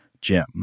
Jim